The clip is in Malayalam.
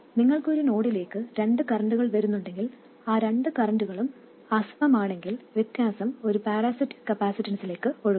നിങ്ങൾക്ക് ഒരു നോഡിലേക്ക് രണ്ട് കറൻറുകൾ വരുന്നുണ്ടെങ്കിൽ ആ രണ്ട് കറൻറുകളും അസമമാണെങ്കിൽ വ്യത്യാസം ഒരു പാരാസിറ്റിക് കപ്പാസിറ്റൻസിലേക്ക് ഒഴുകും